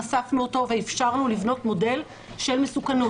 חשפנו אותו ואפשרנו לבנות מודל של מסוכנות.